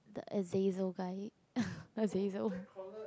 the Azazel guy Azazel